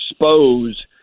expose